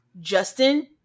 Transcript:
Justin